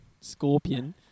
scorpion